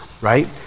right